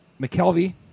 McKelvey